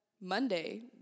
Monday